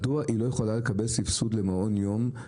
מדוע היא לא יכולה לקבל סבסוד למעון יום,